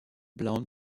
blauen